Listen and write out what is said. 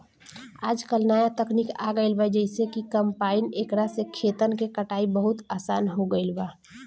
आजकल न्या तकनीक आ गईल बा जेइसे कि कंपाइन एकरा से खेतन के कटाई बहुत आसान हो गईल बा